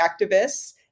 activists